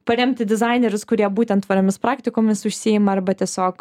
paremti dizainerius kurie būtent tvariomis praktikomis užsiima arba tiesiog